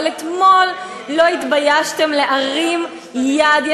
אבל אתמול לא התביישתם להרים יד.